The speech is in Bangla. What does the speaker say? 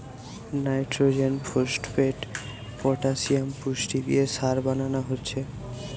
নাইট্রজেন, ফোস্টফেট, পটাসিয়াম পুষ্টি দিয়ে সার বানানা হচ্ছে